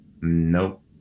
Nope